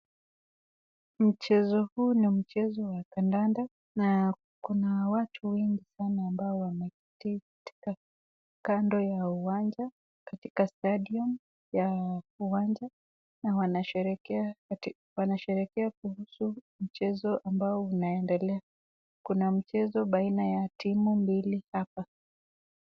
Mchezo huu ni mchezo wa kandanda na kuna watu wengi sana ambao wanaspekteti kando ya uwanja katika stadium ya uwanja. Na wanasheherekea kuhusu mchezo ambao unaendelea. Kuna mchezo baina ya timu mbili hapa.